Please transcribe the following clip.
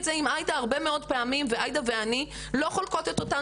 זה עם עאידה הרבה מאוד פעמים ועאידה ואני לא חולקות את אותם